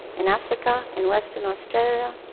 in africa, in western australia,